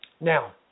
Now